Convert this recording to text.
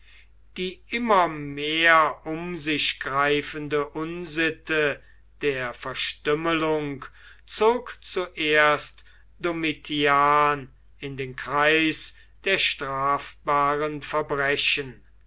die immer mehr um sich greifende unsitte der verstümmelung zog zuerst domitian in den kreis der strafbaren verbrechen